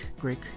Greek